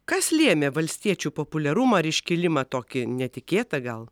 kas lėmė valstiečių populiarumą ir iškilimą tokį netikėtą gal